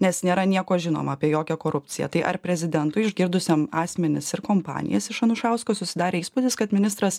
nes nėra nieko žinoma apie jokią korupciją tai ar prezidentui išgirdusiam asmenis ir kompanijas iš anušausko susidarė įspūdis kad ministras